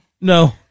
No